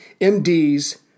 MDs